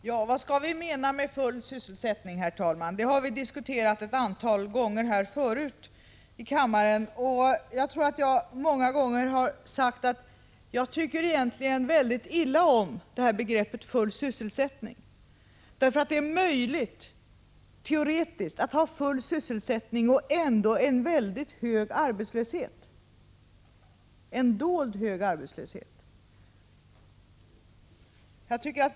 Herr talman! Vad vi menar med full sysselsättning har diskuterats ett antal gånger förut här i kammaren. Jag har många gånger sagt att jag egentligen tycker väldigt illa om begreppet full sysselsättning. Jag gör det därför att det är teoretiskt möjligt att ha full sysselsättning och ändå en mycket hög arbetslöshet, en dold arbetslöshet.